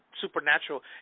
Supernatural